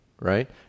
right